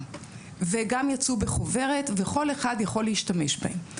וגם יצאו בחוברת וכל אחד יכול להשתמש בהם.